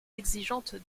exigeantes